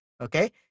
Okay